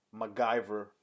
MacGyver